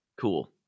Cool